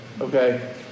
Okay